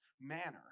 manner